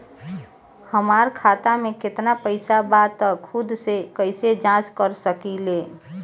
हमार खाता में केतना पइसा बा त खुद से कइसे जाँच कर सकी ले?